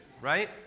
right